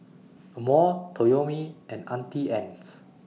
Amore Toyomi and Auntie Anne's